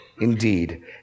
Indeed